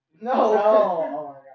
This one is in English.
No